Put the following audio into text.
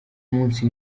munsi